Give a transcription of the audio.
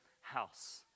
house